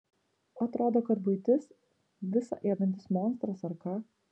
atrodo kad buitis visa ėdantis monstras ar ką